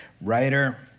writer